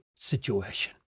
Situation